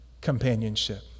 companionship